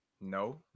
No